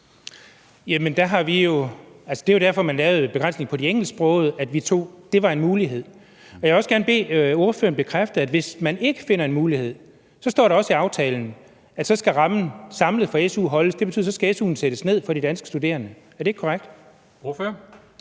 Det er jo derfor, man lavede begrænsningen på de engelsksprogede, så det var en mulighed. Jeg vil også gerne bede ordføreren bekræfte, at hvis ikke man finder en mulighed, står der også i aftalen, at så skal rammen samlet for su holdes, og det betyder, at så skal su'en sættes ned for de danske studerende. Er det ikke korrekt? Kl.